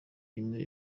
imwe